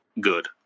good